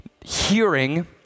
hearing